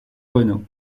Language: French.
renault